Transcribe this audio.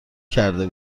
کرده